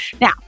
Now